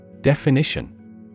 Definition